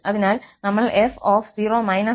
അതിനാൽ നമ്മൾff02 പരിഗണിക്കണം